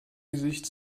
gesicht